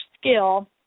skill